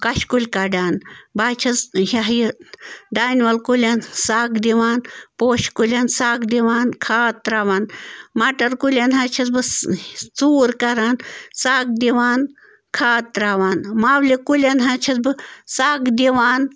کَچھہٕ کُلۍ کَڑان بہٕ حظ چھَس یہِ ہہ یہِ دانہِ وَل کُلٮ۪ن سَگ دِوان پوشہٕ کُلٮ۪ن سَگ دِوان کھاد ترٛاوان مَٹر کُلٮ۪ن حظ چھَس بہٕ ژوٗر کَران سَگ دِوان کھاد ترٛاوان مَولہِ کُلٮ۪ن حظ چھَس بہٕ سَگ دِوان